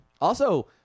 Also-